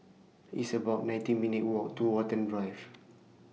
It's about nineteen minutes' Walk to Watten Drive